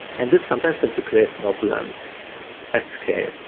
and this sometimes tends to create problems at scale,